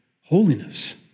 holiness